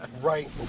right